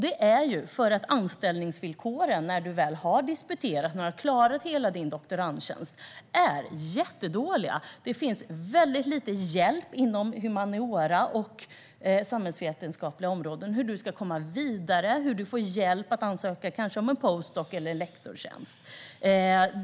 Det är för att anställningsvillkoren, när man väl har disputerat och har klarat hela doktorandtjänsten, är mycket dåliga. Det ges för lite hjälp inom humaniora och samhällsvetenskapliga områden i fråga om att komma vidare, till exempel att ansöka om en post doc eller lektorstjänst.